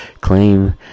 claim